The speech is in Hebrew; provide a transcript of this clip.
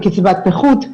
לקצבת נכות,